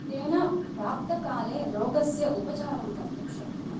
तेन प्राप्तकाले रोगस्य उपचारं कर्तुं शक्नुमः